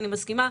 אני מסכימה,